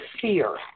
fear